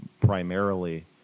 primarily